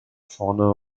vorne